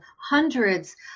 hundreds